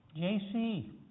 JC